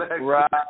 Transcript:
Right